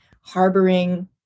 harboring